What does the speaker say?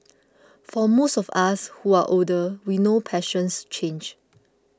for most of us who are older we know passions change